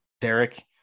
Derek